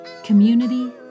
community